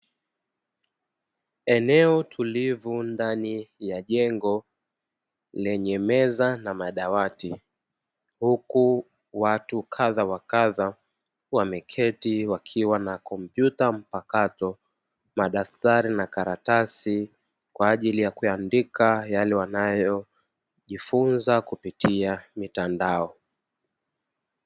Eneo tulivu ndani ya jengo lenye meza na madawati huku watu kadha wa kadha wameketi wakiwa na kompyuta mpakato madaftari na karatasi kwa ajili ya kuyaandika yale wanayojifunza kupitia mitandao.